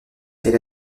elle